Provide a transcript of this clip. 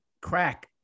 crack